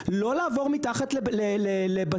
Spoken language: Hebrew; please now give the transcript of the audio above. לא לעבור מתחת לבתים,